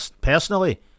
Personally